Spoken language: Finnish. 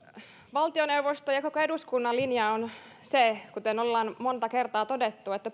valtioneuvoston ja koko eduskunnan linja on se kuten ollaan monta kertaa todettu että